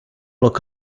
look